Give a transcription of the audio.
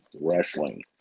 wrestling